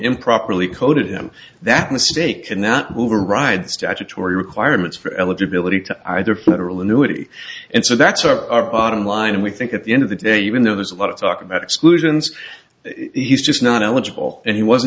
improperly coded him that mistake cannot move or ride statutory requirements for eligibility to either federal annuity and so that's our bottom line and we think at the end of the day even though there's a lot of talk about exclusions he's just not eligible and he wasn't